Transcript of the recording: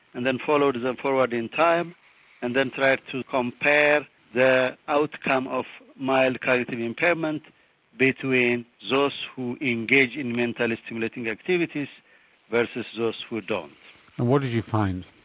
and then followed them forward in time and then tried to compare their outcome of mild cognitive impairment between those who engage in mentally stimulating activities versus who don't. and what did you find?